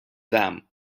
them